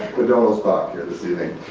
with donal's talk here this evening.